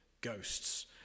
ghosts